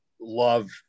love